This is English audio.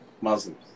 Muslims